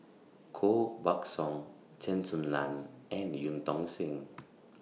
Koh Buck Song Chen Su Lan and EU Tong Sen